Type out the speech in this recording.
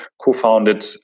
co-founded